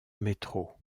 métro